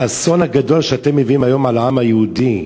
האסון הגדול שאתם מביאים היום על העם היהודי.